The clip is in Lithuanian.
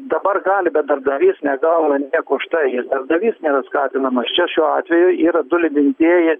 dabar gali bet darbdavys negauna nieko užtai jis darbdavys nėra skatinamas čia šiuo atveju yra du lydintieji